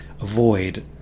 avoid